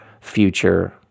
future